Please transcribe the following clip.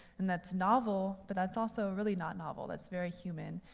and that's novel, but that's also really not novel. that's very human.